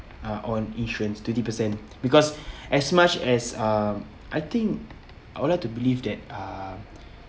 uh on insurance twenty percent because as much as um I think I would like to believe that um